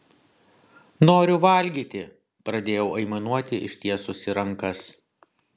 noriu valgyti pradėjau aimanuoti ištiesusi rankas